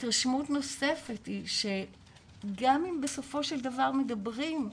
התרשמות נוספת היא שגם אם בסופו של דבר מדברים,